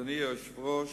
אדוני היושב-ראש,